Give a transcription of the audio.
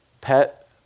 pet